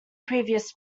previous